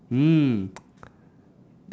mm